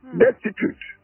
destitute